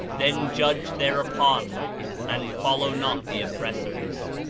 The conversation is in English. then judge thereupon and follow not the oppressors.